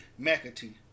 Mcatee